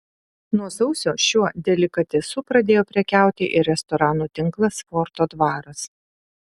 nuo sausio šiuo delikatesu pradėjo prekiauti ir restoranų tinklas forto dvaras